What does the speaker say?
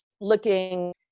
looking